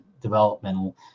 developmental